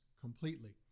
completely